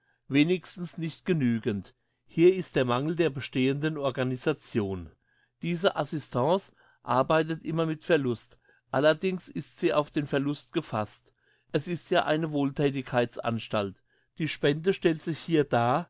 wenigstens nicht genügenden hier ist der mangel der bestehenden organisation diese assistance arbeitet immer mit verlust allerdings ist sie auf den verlust gefasst es ist ja eine wohlthätigkeitsanstalt die spende stellt sich hier dar